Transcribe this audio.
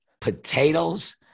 Potatoes